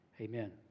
Amen